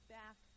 back